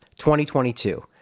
2022